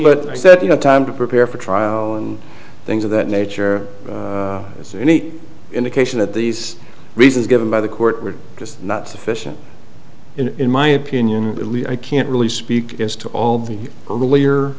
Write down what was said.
but i said you know time to prepare for trial and things of that nature is any indication that these reasons given by the court were just not sufficient in my opinion at least i can't really speak to all the earlier